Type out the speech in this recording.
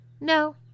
no